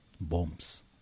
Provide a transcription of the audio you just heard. bombs